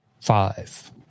Five